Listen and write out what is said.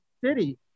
city